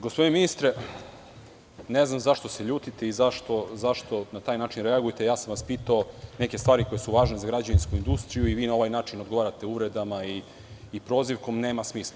Gospodine ministre, ne znam zašto se ljutite i zašto na taj način reagujete, pitao sam vas neke stvari koje su važne za građevinsku industriju i vi na ovaj način odgovarate uvredama i prozivskom, nema smisla.